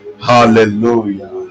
hallelujah